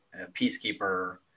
peacekeeper